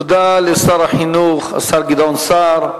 תודה לשר החינוך גדעון סער.